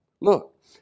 Look